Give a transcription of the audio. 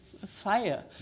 fire